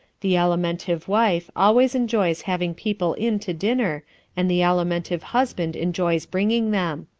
the alimentive wife always enjoys having people in to dinner and the alimentive husband enjoys bringing them.